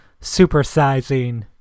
supersizing